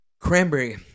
Cranberry